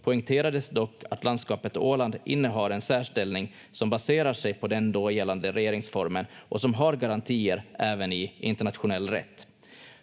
poängterades dock att landskapet Åland innehar en särställning som baserar sig på den då gällande regeringsformen och som har garantier även i internationell rätt.